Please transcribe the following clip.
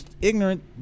ignorant